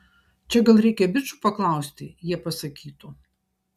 čia gal reikia bičų paklausti jie pasakytų